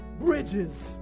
bridges